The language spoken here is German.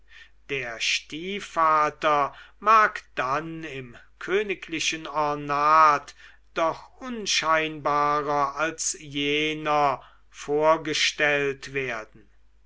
der stiefvater mag dann im königlichen ornat doch unscheinbarer als jener vorgestellt werden